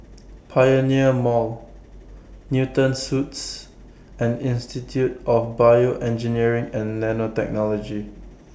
Pioneer Mall Newton Suites and Institute of Bioengineering and Nanotechnology